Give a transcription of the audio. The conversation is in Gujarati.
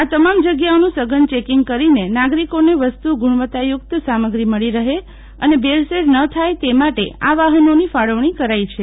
આ તમામ જગ્યાઓનું સઘન ચેકિંગ કરીને નાગરિકોને વસ્તુ ગુણવત્તાયુક્ત સામગ્રી મળી રહે અને ભેળસેળ ન થાય તે માટે આ વાહનોની ફાળલણી કરાઇ છે